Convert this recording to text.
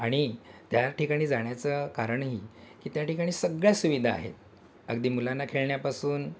आणि त्या ठिकाणी जाण्याचं कारणही की त्या ठिकाणी सगळ्या सुविधा आहेत अगदी मुलांना खेळण्यापासून